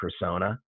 persona